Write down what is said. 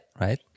right